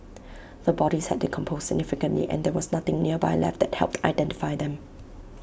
the bodies had decomposed significantly and there was nothing nearby left that helped identify them